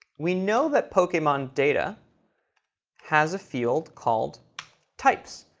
we know that pokemon data has a field called types.